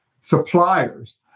suppliers